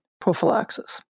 prophylaxis